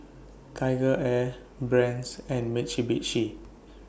TigerAir Brand's and Mitsubishi